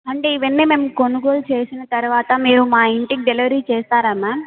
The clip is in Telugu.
అంటే ఇవన్నీ మేము కొనుగోలు చేసిన తర్వాత మీరు మా ఇంటికి డెలివరీ చేస్తారా మ్యామ్